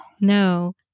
No